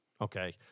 Okay